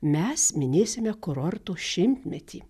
mes minėsime kurorto šimtmetį